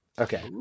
okay